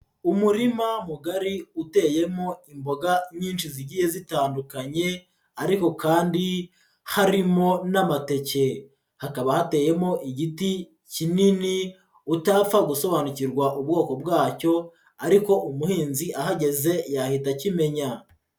Umurima mugari uteyemo imboga nyinshi zigiye zitandukanye, ariko kandi harimo n'amateke, hakaba hateyemo igiti kinini, utapfa gusobanukirwa ubwoko bwacyo, ariko umuhinzi ahageze yahita akimenya.